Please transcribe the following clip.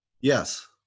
Yes